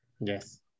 Yes